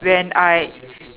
when I